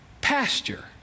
pasture